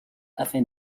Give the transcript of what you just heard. afin